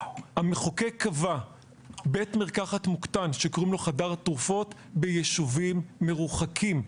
המחוקק קבע בית מרקחת מוקטן שקוראים לו "חדר תרופות" ביישובים מרוחקים,